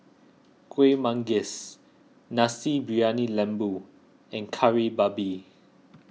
Kueh Manggis Nasi Briyani Lembu and Kari Babi